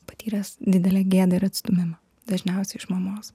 patyręs didelę gėdą ir atstūmimą dažniausiai iš mamos